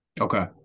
okay